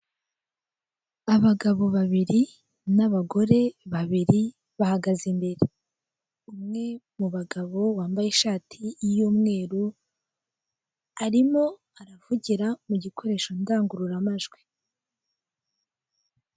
Abagabo babiri, n'abagore babiri, bahagaze imbere. Umwe mu bagabo, wambaye ishati y'umweru, arimo aravugira mu gikoresho ndangururamajwi.